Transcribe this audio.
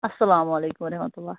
اسلامُ علیکُم ورحمتُہ اللہ